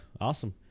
awesome